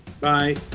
Bye